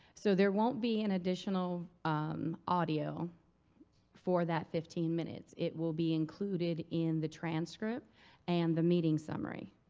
so there won't be an additional audio for that fifteen minutes. it will be included in the transcript and the meeting summary.